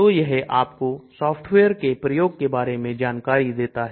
तो यह आपको सॉफ्टवेयर के प्रयोग के बारे में जानकारी देता है